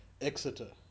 Exeter